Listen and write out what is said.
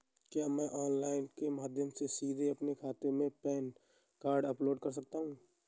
क्या मैं ऑनलाइन के माध्यम से सीधे अपने खाते में पैन कार्ड अपलोड कर सकता हूँ?